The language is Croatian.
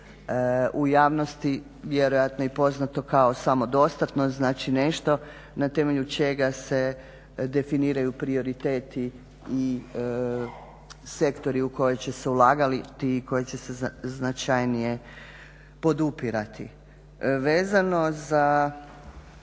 u javnosti vjerojatno i poznato kao samodostatno znači nešto na temelju čega se definiraju prioriteti i sektori u koje će se ulagati, ti koji će se značajnije podupirati. Vezano za